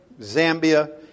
Zambia